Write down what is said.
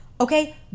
okay